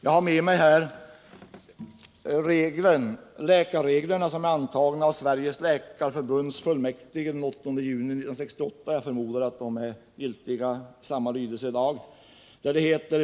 Jag har med mig de läkarregler som antogs av Sveriges läkarförbunds fullmäktige den 8 juni 1968. Jag förmodar att reglerna har samma lydelse även i dag.